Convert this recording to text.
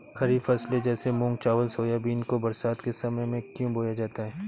खरीफ फसले जैसे मूंग चावल सोयाबीन को बरसात के समय में क्यो बोया जाता है?